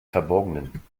verborgenen